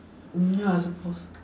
mm ya I suppose